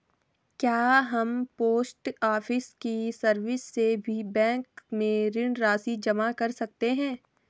क्या हम post office की सर्विस से भी बैंक में ऋण राशि जमा कर सकते हैं?